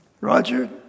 Roger